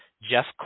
Jeff